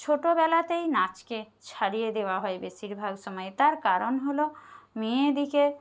ছোটোবেলাতেই নাচকে ছাড়িয়ে দেওয়া হয় বেশিরভাগ সময়ে তার কারণ হলো মেয়েদিকে